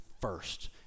first